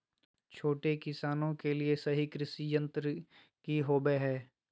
छोटे किसानों के लिए सही कृषि यंत्र कि होवय हैय?